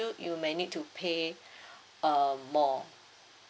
you you might need to pay uh more